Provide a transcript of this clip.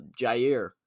Jair